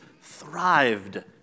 thrived